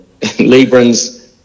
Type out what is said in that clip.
Librans